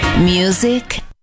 Music